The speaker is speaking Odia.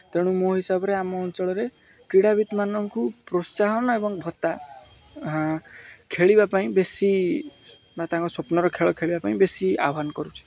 ତେଣୁ ମୋ ହିସାବରେ ଆମ ଅଞ୍ଚଳରେ କ୍ରୀଡ଼ାବିତ୍ମାନଙ୍କୁ ପ୍ରୋତ୍ସାହନ ଏବଂ ଭତ୍ତା ଖେଳିବା ପାଇଁ ବେଶୀ ବା ତାଙ୍କ ସ୍ୱପ୍ନର ଖେଳ ଖେଳିବା ପାଇଁ ବେଶି ଆହ୍ୱାନ କରୁଛି